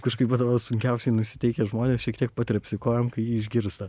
kažkaip atrodo sunkiausiai nusiteikę žmonės šiek tiek patrepsi kojom kai jį išgirsta